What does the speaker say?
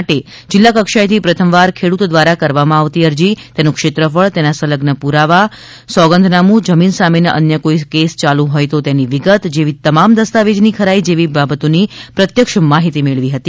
માટે જિલ્લા કક્ષાએથી પ્રથમ વાર ખેડૂત દ્વારા કરવામાં આવતી રજી તેનું ક્ષેત્રફળ તેના સંલગ્ન પુરાવા સોગંદનામું જમીન સામેના ન્ય કોઇ કેસ ચાલુ હોય તો તેની વિગત જેવી તમામ દસ્તાવેજની ખરાઇ જેવી બાબતોની પ્રત્યક્ષ માહિતી મેળવી હતી